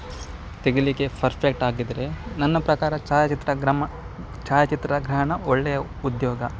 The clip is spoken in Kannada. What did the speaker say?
ತೆಗಿಲಿಕ್ಕೆ ಫರ್ಫೆಕ್ಟ್ ಆಗಿದ್ದರೆ ನನ್ನ ಪ್ರಕಾರ ಛಾಯಾಚಿತ್ರ ಗ್ರಮ್ಮ ಛಾಯಾಚಿತ್ರಗ್ರಹಣ ಒಳ್ಳೆಯ ಉದ್ಯೋಗ